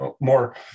more